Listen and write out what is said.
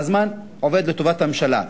והזמן עובד לטובת הממשלה.